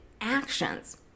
actions